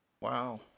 Wow